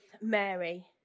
Mary